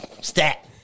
stat